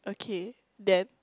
okay then